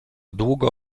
długo